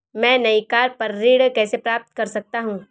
मैं नई कार पर ऋण कैसे प्राप्त कर सकता हूँ?